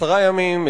עשרה ימים,